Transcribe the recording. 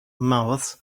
mouths